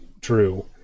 true